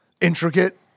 intricate